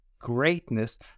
greatness